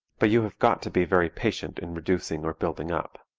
but you have got to be very patient in reducing or building up.